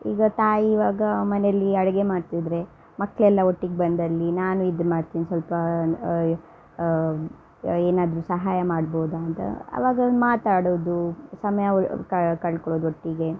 ಈಗ ತಾಯಿ ಇವಾಗ ಮನೆಯಲ್ಲಿ ಅಡುಗೆ ಮಾಡ್ತಿದ್ರೆ ಮಕ್ಕಳೆಲ್ಲ ಒಟ್ಟಿಗೆ ಬಂದಲ್ಲಿ ನಾನು ಇದು ಮಾಡ್ತಿನಿ ಸ್ವಲ್ಪ ಏನಾದರು ಸಹಾಯ ಮಾಡ್ಬೋದ ಅಂತ ಅವಾಗ ಮಾತಾಡೋದು ಸಮಯ ಕಳ್ಕೊಳ್ಳೋದು ಒಟ್ಟಿಗೆ